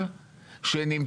נראה כמה באמת.